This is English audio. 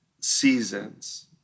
seasons